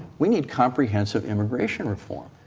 we need comprehensive immigration reform.